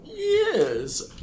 Yes